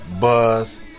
Buzz